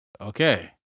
Okay